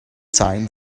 time